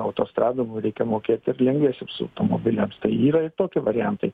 autostrada reikia mokėt ir lengviesiems automobiliams tai yra ir tokie variantai